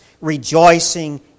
rejoicing